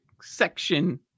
section